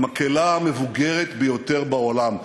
המקהלה המבוגרת ביותר בעולם.